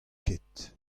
ket